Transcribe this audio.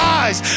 eyes